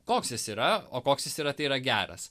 koks jis yra o koks jis yra tai yra geras